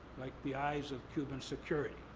like the eyes of cuban security.